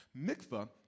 Mikvah